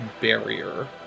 barrier